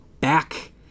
back